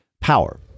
power